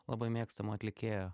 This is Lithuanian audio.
labai mėgstamo atlikėjo